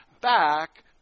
back